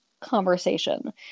conversation